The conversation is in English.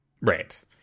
Right